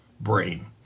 brain